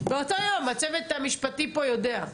הצוות המשפטי פה יודע.